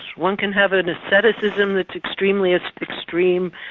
one can have an asceticism that's extremely so extreme.